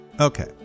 okay